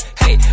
hey